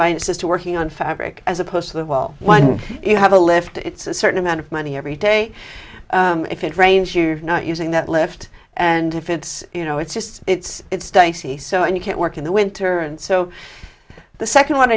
minuses to working on fabric as opposed to the wall when you have a lift it's a certain amount of money every day if it rains you're not using that lift and if it's you know it's just it's dicey so and you can't work in the winter and so the second one